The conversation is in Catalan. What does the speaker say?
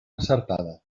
encertada